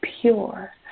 pure